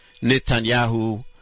Netanyahu